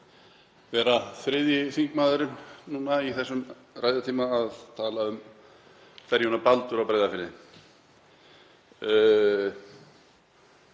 að vera þriðji þingmaðurinn í þessum ræðutíma til að tala um ferjuna Baldur á Breiðafirði,